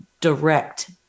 direct